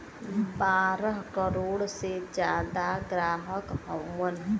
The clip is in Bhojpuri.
बारह करोड़ से जादा ग्राहक हउवन